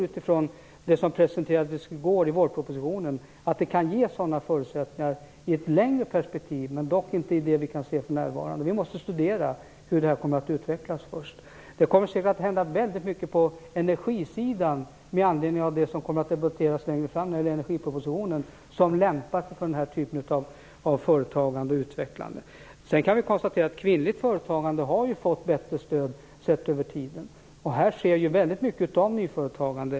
Utifrån det som presenterades i går i vårpropositionen tror jag att sådana förutsättningar kan ges i ett längre perspektiv, dock inte i det vi kan se för närvarande. Vi måste studera hur det här kommer att utvecklas först. Det kommer säkert med anledning av det som kommer att debatteras längre fram, i samband med energipropositionen, att hända väldigt mycket på energisidan som lämpar sig för den här typen av företagande och utvecklande. Sedan kan vi konstatera att kvinnligt företagande har fått bättre stöd sett över tiden. Här sker väldigt mycket av nyföretagande.